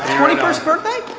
and twenty first birthday?